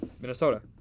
Minnesota